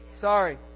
sorry